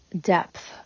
depth